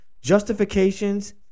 justifications